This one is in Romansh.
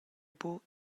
buca